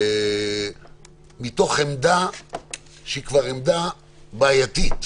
מתוך עמדה שהיא כבר עמדה בעייתית.